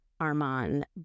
armand